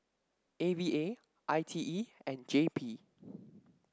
A V A I T E and J P